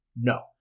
No